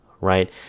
right